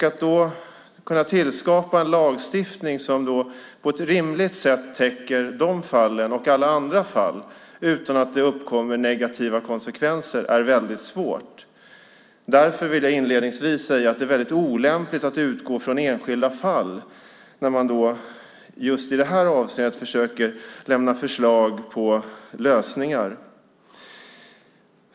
Att tillskapa en lagstiftning som på ett rimligt sätt täcker de fallen och alla andra fall utan att det får negativa konsekvenser är väldigt svårt. Därför vill jag inledningsvis säga att det är olämpligt att utgå från enskilda fall när man i det här avseendet försöker lämna förslag till lösningar.